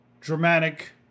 dramatic